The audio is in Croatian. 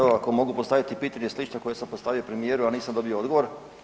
Evo ako mogu postaviti pitanje slično koje sam postavio premijeru, a nisam dobio odgovor.